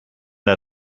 der